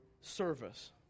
service